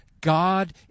God